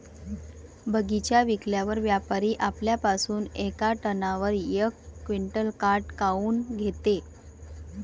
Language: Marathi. बगीचा विकल्यावर व्यापारी आपल्या पासुन येका टनावर यक क्विंटल काट काऊन घेते?